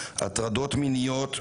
הטרדות מיניות,